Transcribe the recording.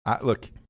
look